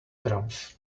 drums